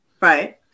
Right